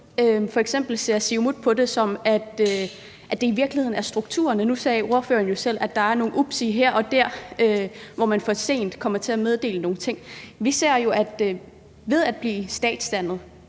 F.eks. ser Siumut sådan på det, at det i virkeligheden er strukturerne – nu sagde ordføreren jo selv, at der er noget »ups, ups« her og der, hvor man kommer til at meddele nogle ting for sent. Vi ser jo sådan på det, at ved at blive statsdannet